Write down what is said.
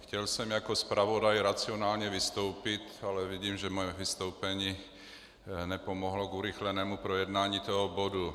Chtěl jsem jako zpravodaj racionálně vystoupit, ale vidím, že moje vystoupení nepomohlo k urychlenému projednání bodu.